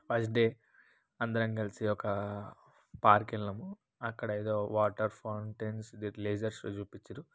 first day అందరం కలిసి ఒక పార్కుకెళ్ళాము అక్కడేదో వాటర్ ఫౌంటెన్సు ఇవి లేజర్ షో చూపిచ్చారు